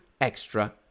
extra